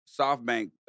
SoftBank